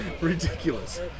Ridiculous